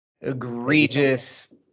egregious